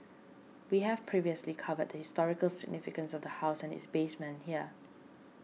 we have previously covered the historical significance of the house and its basement here